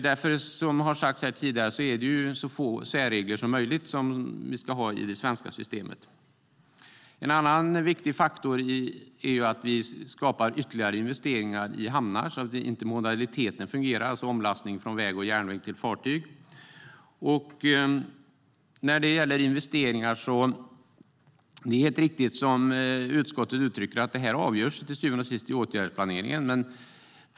Därför ska vi ha så få särregler som möjligt i det svenska systemet. En annan viktig faktor är att vi skapar ytterligare investeringar i hamnar, så att intermodaliteten fungerar, alltså omlastningen från väg och järnväg till fartyg. När det gäller investeringar är det helt riktigt som utskottet uttrycker det att detta till syvende och sist avgörs i åtgärdsplaneringen.